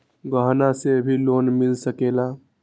गहना से भी लोने मिल सकेला?